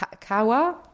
Kawa